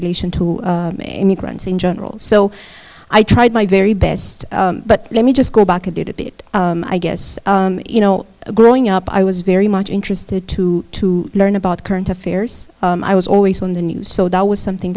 relation to immigrants in general so i tried my very best but let me just go back and did it i guess you know growing up i was very much interested too to learn about current affairs i was always on the news so that was something